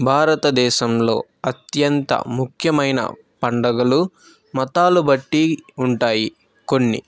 భారతదేశంలో అత్యంత ముఖ్యమైన పండగలు మతాలు బట్టి ఉంటాయి కొన్ని